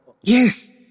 Yes